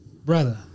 Brother